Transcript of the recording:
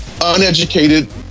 uneducated